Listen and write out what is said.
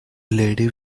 lady